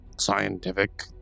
scientific